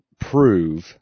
prove